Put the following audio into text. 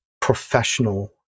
professional